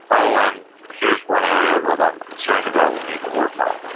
oh, and here's one area that i'm concerned about, we need to work on.